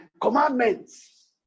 commandments